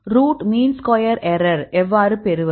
root mean square error எவ்வாறு பெறுவது